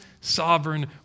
sovereign